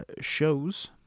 shows